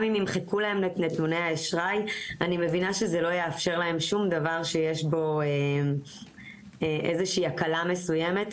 אני מבינה שזה לא יאפשר להם שום דבר שיש איזושהי הקלה מסוימת,